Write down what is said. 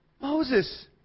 Moses